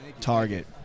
Target